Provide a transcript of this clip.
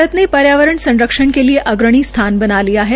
भारत ने पर्यावरण संरक्षण के लिए अग्रणी स्थान बना लिया है